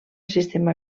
sistema